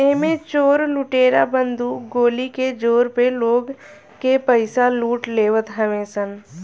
एमे चोर लुटेरा बंदूक गोली के जोर पे लोग के पईसा लूट लेवत हवे सन